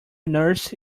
nurse